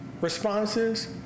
Responses